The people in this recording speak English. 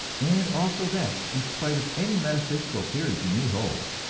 and also that, in spite of any metaphysical theories you may hold,